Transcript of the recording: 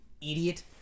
idiot